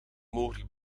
mogelijk